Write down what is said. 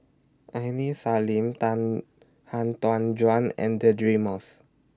Aini Salim Tan Han Tan Juan and Deirdre Moss